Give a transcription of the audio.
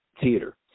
theater